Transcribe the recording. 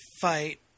fight